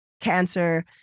cancer